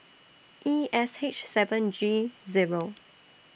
E S H seven G Zero